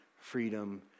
freedom